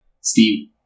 Steve